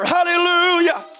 Hallelujah